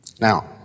Now